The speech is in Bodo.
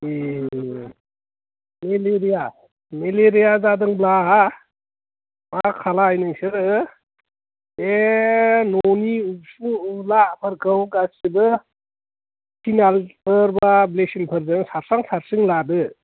ए मेलेरिया मेलेरिया जादोंब्ला मा खालाम नोंसोरो बे न'नि उसुं उलाफोरखौ गासैबो फेनाइल फोर एबा ब्लिसिं फोरजों सारस्रां सारस्रिं लादो